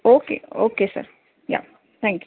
okay okay sir या thank you